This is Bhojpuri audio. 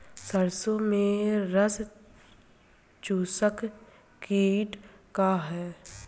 सरसो में रस चुसक किट का ह?